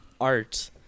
art